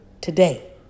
today